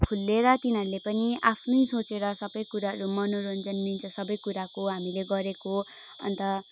खुलेर तिनीहरूले पनि आफ्नै सोचेर सबै कुराहरू मनोरञ्जन लिन्छ सबै कुराको हामीले गरेको अन्त